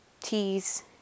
teas